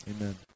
Amen